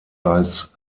als